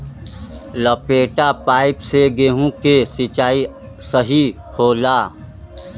लपेटा पाइप से गेहूँ के सिचाई सही होला?